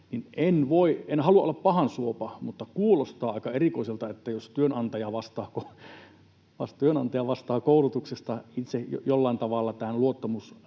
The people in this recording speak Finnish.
En halua olla pahansuopa, mutta kuulostaa aika erikoiselta, jos työnantaja vastaa koulutuksesta itse jollain tavalla tämän